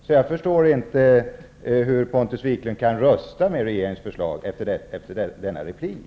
Så jag förstår inte hur Pontus Wiklund kan rösta med regeringens förslag efter denna replik.